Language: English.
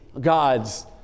God's